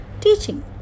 teaching